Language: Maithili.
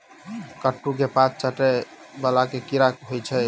कद्दू केँ पात चाटय वला केँ कीड़ा होइ छै?